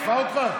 היא תקפה אותך?